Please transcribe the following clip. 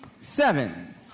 Seven